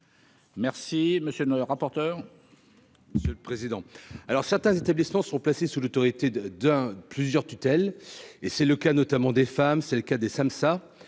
Merci, monsieur le rapporteur. C'est le président, alors certains établissements sont placés sous l'autorité d'un plusieurs tutelles et c'est le cas notamment des femmes, c'est le cas des sommes